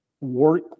work